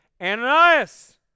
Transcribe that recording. Ananias